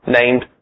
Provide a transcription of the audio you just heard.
named